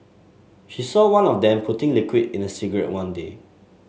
she saw one of them putting liquid in a cigarette one day